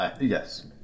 yes